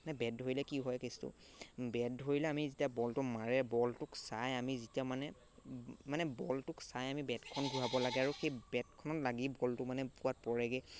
মানে বেট ধৰিলে কি হয় কেছটো বেট ধৰিলে আমি যেতিয়া বলটো মাৰে বলটোক চাই আমি যেতিয়া মানে মানে বলটোক চাই আমি বেটখন ঘূৰাব লাগে আৰু সেই বেটখনত লাগি বলটো মানে ক'ৰবাত পৰেগৈ